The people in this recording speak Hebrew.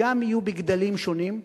גם יהיו בגדלים שונים.